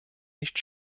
nicht